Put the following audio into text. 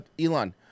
Elon